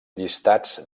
llistats